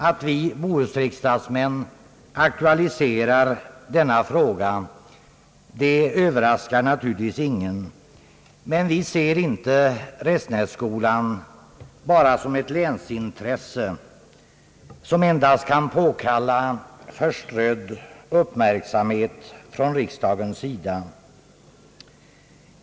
Att vi bohusriksdagsmän aktualiserat denna fråga överraskar naturligtvis ingen, men vi ser inte Restenässkolan bara som ett länsintresse, som endast kan påkalla förströdd uppmärksamhet från riksdagens sida.